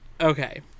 Okay